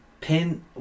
pin